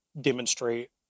demonstrate